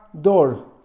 door